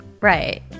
Right